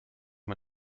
man